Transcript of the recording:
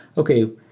okay,